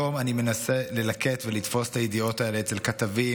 היום אני מנסה ללקט ולתפוס את הידיעות האלה אצל כתבים,